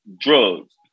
drugs